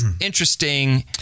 interesting